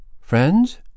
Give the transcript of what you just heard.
Friends